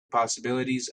possibilities